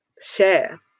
share